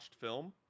film